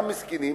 המסכנים,